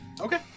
Okay